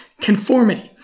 conformity